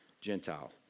Gentile